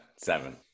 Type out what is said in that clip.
Seven